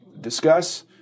discuss